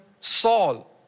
Saul